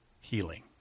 healing